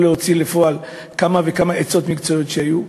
להוציא לפועל כמה וכמה עצות מקצועיות שהיו.